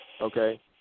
okay